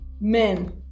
men